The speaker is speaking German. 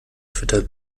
twitter